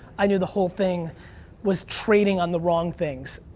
i knew the whole thing was trading on the wrong things.